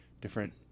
different